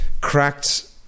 cracked